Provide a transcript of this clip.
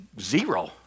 zero